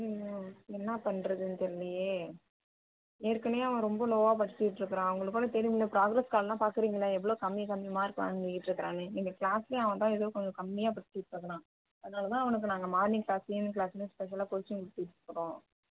ம் ம் என்ன பண்ணுறதுன்னு தெரிலியே ஏற்கனவே அவன் ரொம்ப லோவாக படிச்சுட்டுருக்குறான் உங்களுக்குக்கூட தெரியும்ல ப்ராக்ரஸ் கார்டுலாம் பார்க்குறீங்களே எவ்வளோ கம்மி கம்மி மார்க் வாங்கிட்டுருக்கிறான்னு நீங்கள் கிளாஸ்லேயே அவன் தான் ஏதோ கொஞ்சம் கம்மியாக படிச்சுட்டுருக்குறான் அதனால் தான் அவனுக்கு நாங்கள் மார்னிங் க்ளாஸ் ஈவினிங் கிளாஸுன்னு ஸ்பெஷலாக கோச்சிங் கொடுத்துட்டுருக்குறோம்